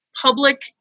public